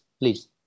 please